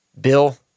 Bill